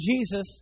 Jesus